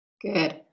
good